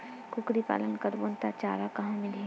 कुकरी पालन करबो त चारा कहां मिलही?